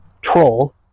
troll